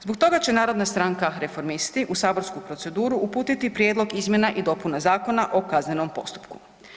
Zbog toga će narodna stranka Reformisti u saborsku proceduru uputiti prijedlog izmjena i dopuna Zakona o kaznenom postupku.